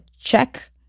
check